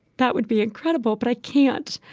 that would be incredible, but i can't.